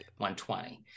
120